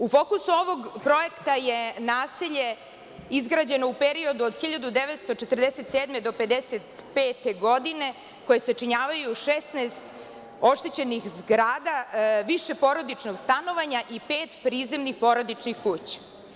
U fokusu ovog projekta je naselje izgrađeno u periodu od 1947. do 1955. godine, koje sačinjavaju 16 oštećenih zgrada, više porodičnog stanovanja i pet prizemnih porodičnih kuća.